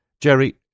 Jerry